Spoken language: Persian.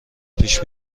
پیش